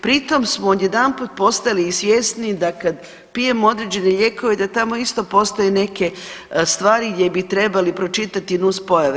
Pritom smo odjedanput postali i svjesni da kad pijemo određene lijekove da tamo isto postoje neke stvari gdje bi trebali pročitati nuspojave.